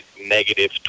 negative